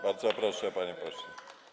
Bardzo proszę, panie pośle.